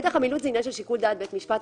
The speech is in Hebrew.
נושא פתח המילוט הוא עניין של שיקול דעת בית משפט.